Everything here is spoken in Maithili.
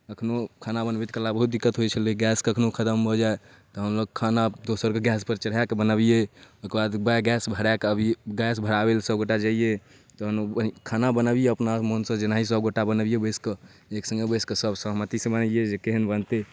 एखनहु खाना बनबैतकाल बहुत दिक्कत होइ छलै गैस कखनहु खतम भऽ जाए तहन खाना दोसरके गैसपर चढ़ाकऽ बनाबिए ओकर बाद वएह गैस भराकऽ आबिए गैस भराबैलए सभगोटा जइए तहन ओ खाना बनाबिए अपना मोनसँ जेनाहि सभगोटा बनाबिए बैसिकऽ एकसङ्गे बैसिकऽ सब सहमतिसँ बनैए जे केहन बनतै